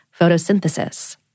photosynthesis